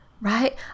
Right